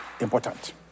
important